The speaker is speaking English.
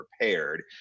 prepared